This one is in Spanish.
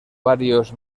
varios